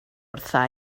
wrtha